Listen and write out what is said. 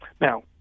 Now